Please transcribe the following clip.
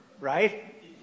right